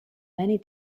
many